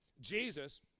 Jesus